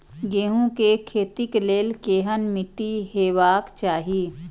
गेहूं के खेतीक लेल केहन मीट्टी हेबाक चाही?